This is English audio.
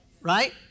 Right